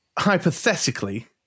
hypothetically